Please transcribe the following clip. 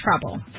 trouble